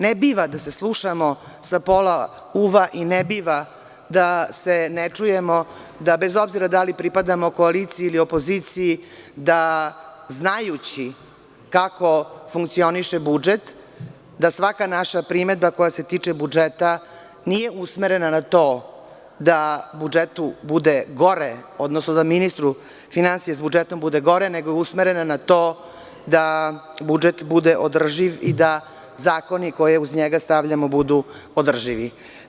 Ne biva da se slušamo sa pola uva i ne biva da se ne čujemo, bez obzira da li pripadamo koaliciji ili opoziciji, da znajući kako funkcioniše budžet, da svaka naša primedba, koja se tiče budžeta, nije usmerena na to da budžetu bude gore, odnosno da ministru finansija sa budžetom bude gore, nego je usmerena na to da budžet bude održiv i da zakoni koje uz njega stavljamo budu održivi.